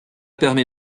permet